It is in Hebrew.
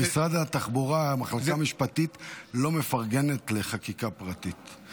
במשרד התחבורה המחלקה המשפטית לא מפרגנת לחקיקה פרטית.